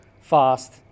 fast